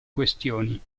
questioni